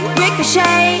ricochet